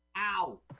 Ow